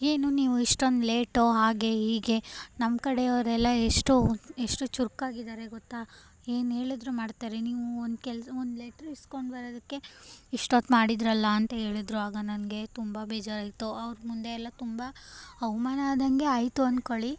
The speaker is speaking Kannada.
ಏನು ನೀವು ಇಷ್ಟೊಂದು ಲೇಟು ಹಾಗೆ ಹೀಗೆ ನಮ್ಮಕಡೆಯವರೆಲ್ಲ ಎಷ್ಟು ಎಷ್ಟು ಚುರುಕಾಗಿದಾರೆ ಗೊತ್ತಾ ಏನು ಹೇಳಿದ್ರೂ ಮಾಡ್ತಾರೆ ನೀವು ಒಂದು ಕೆಲ್ ಒಂದು ಲೆಟ್ರ್ ಇಸ್ಕೊಂಡು ಬರೋದಕ್ಕೆ ಇಷ್ಟೊತ್ತು ಮಾಡಿದ್ರಲ್ಲ ಅಂತ ಹೇಳಿದ್ರು ಆಗ ನನಗೆ ತುಂಬ ಬೇಜಾರಾಯಿತು ಅವ್ರ ಮುಂದೆ ಎಲ್ಲ ತುಂಬ ಅವಮಾನ ಆದಂಗೆ ಆಯಿತು ಅನ್ಕೊಳ್ಳಿ